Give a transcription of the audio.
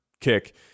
kick